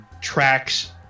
tracks